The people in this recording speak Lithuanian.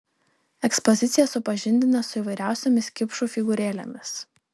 ekspozicija supažindina su įvairiausiomis kipšų figūrėlėmis